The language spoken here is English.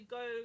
go